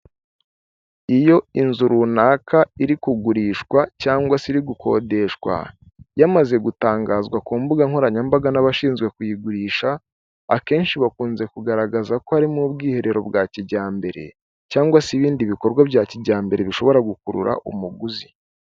Iyo inzu runaka iri kugurishwa cyangwa se iri gukodeshwa, yamaze gutangazwa ku mbuga nkoranyambaga n'abashinzwe kuyigurisha, akenshi bakunze kugaragaza ko harimo ubwiherero bwa kijyambere, cyangwa se ibindi bikorwa bya kijyambere, bishobora gukurura umuguzi.